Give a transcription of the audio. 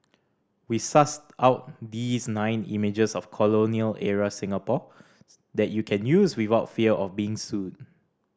we sussed out these nine images of colonial era Singapore that you can use without fear of being sued